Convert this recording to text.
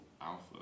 alpha